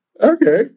okay